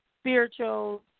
spiritual